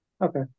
Okay